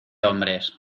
hombres